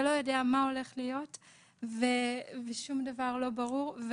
אתה לא יודע מה הולך להיות ושום דבר לא ברור.